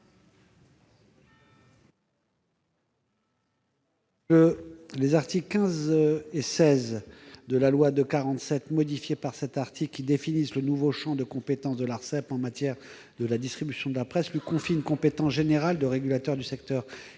Les articles 15 et 16 de la loi de 1947, modifiés par l'article 1, définissent le nouveau champ de compétences de l'Arcep en matière de distribution de la presse, en lui confiant une compétence générale de régulateur du secteur.